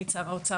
האוצר,